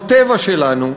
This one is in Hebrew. בטבע שלנו,